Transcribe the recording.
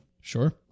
Sure